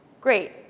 Great